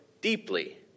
deeply